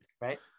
right